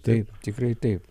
taip tikrai taip